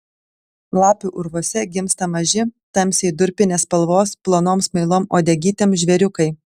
lapių urvuose gimsta maži tamsiai durpinės spalvos plonom smailom uodegytėm žvėriukai